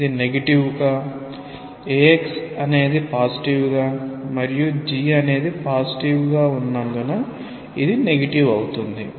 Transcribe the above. ఇది నెగిటివ్ గా axఅనేది పాజిటివ్ గా మరియు g అనేది పాజిటివ్ ఉన్నందున ఇది నెగిటివ్ అవుతుంది